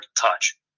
touch